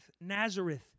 Nazareth